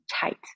tight